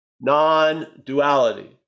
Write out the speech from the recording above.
non-duality